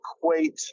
equate